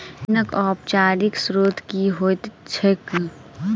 ऋणक औपचारिक स्त्रोत की होइत छैक?